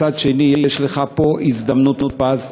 מצד שני, יש לך פה הזדמנות פז.